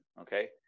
okay